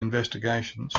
investigations